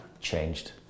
changed